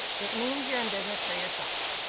it means you're in business for yourself.